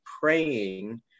praying